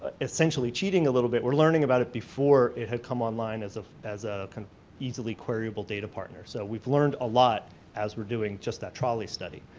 essentially cheating a little bit, we're learning about it before it had come online as ah as a easily query-able data partner. so we've learned a lot as we're doing just that trali study.